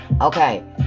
Okay